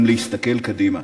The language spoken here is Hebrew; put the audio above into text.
גם להסתכל קדימה.